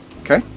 Okay